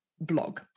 blog